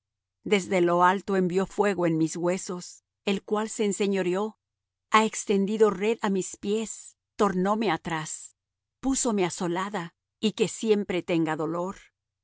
desde lo alto envió fuego en mis huesos el cual se enseñoreó ha extendido red a mis pies tornóme atrás púsome asolada y que siempre tenga dolor